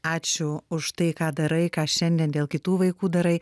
ačiū už tai ką darai ką šiandien dėl kitų vaikų darai